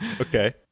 Okay